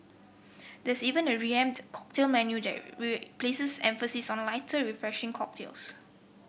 there's even a revamped cocktail menu we places emphasis on lighter refreshing cocktails